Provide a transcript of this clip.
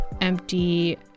empty